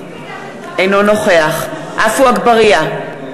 אינו נוכח עפו אגבאריה,